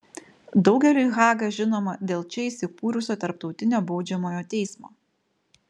daugeliui haga žinoma dėl čia įsikūrusio tarptautinio baudžiamojo teismo